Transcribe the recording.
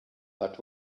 but